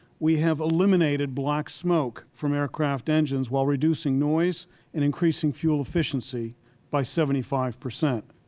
we have eliminated black smoke from aircraft engines while reducing noise and increasing fuel efficiency by seventy five percent.